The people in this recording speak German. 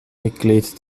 mitglied